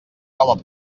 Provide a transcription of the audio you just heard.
com